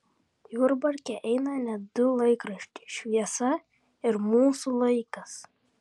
jurbarke eina net du laikraščiai šviesa ir mūsų laikas